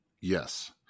yes